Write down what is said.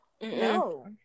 No